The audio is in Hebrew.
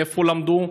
איפה למדו?